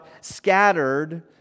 scattered